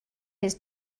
his